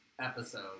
episode